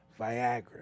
Viagra